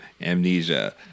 amnesia